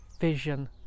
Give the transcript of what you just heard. vision